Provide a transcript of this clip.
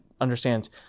understands